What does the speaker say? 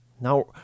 Now